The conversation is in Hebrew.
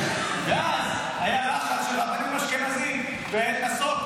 ואז היה לחץ של רבנים אשכנזים והוא נסוג.